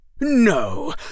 No